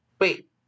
Wait